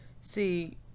see